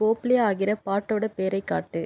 இப்போது ப்ளே ஆகிற பாட்டோட பேரை காட்டு